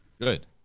Good